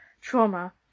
trauma